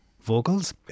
vocals